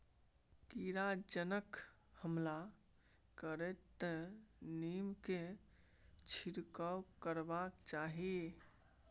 कीड़ा जखन हमला करतै तँ नीमकेर छिड़काव करबाक चाही